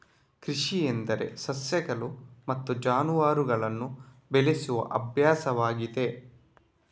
ಕೃಷಿ ಎಂದರೆ ಸಸ್ಯಗಳು ಮತ್ತು ಜಾನುವಾರುಗಳನ್ನು ಬೆಳೆಸುವ ಅಭ್ಯಾಸವಾಗಿದೆ